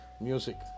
music